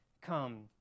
come